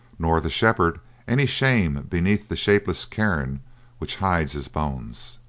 nor the shepherd any shame beneath the shapeless cairn which hides his bones.